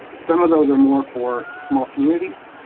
some of those are more for small communities